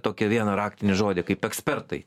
tokią vieną raktinį žodį kaip ekspertai